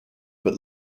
but